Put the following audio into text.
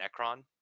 Necron